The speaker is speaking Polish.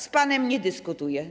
Z panem nie dyskutuję.